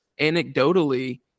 anecdotally